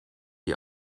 die